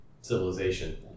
civilization